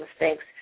mistakes